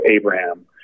Abraham